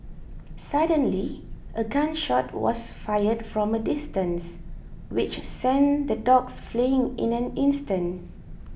suddenly a gun shot was fired from a distance which sent the dogs fleeing in an instant